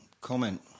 comment